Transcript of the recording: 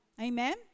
Amen